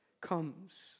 comes